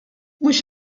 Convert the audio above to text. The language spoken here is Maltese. mhux